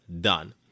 done